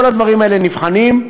כל הדברים האלה נבחנים,